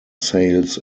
sales